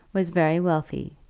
was very wealthy,